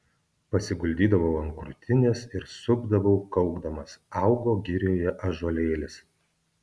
pasiguldydavau ant krūtinės ir supdavau kaukdamas augo girioje ąžuolėlis